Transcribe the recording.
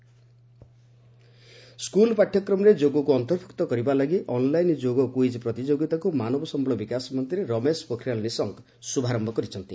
HRD minister yoga school ପାଠ୍ୟକ୍ରମରେ ଯୋଗକୁ ଅନ୍ତର୍ଭୁକ୍ତ କରିବା ଲାଗି ଅନ୍ଲାଇନ୍ ଯୋଗ କୁଇଜ୍ ପ୍ରତିଯୋଗିତାକୁ ମାନବ ସମ୍ବଳ ବିକାଶ ମନ୍ତ୍ରୀ ରମେଶ ପୋଖରିଆଲ୍ ନିଶଙ୍କ ଶ୍ରଭାରମ୍ଭ କରିଛନ୍ତି